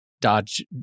dodge